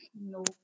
No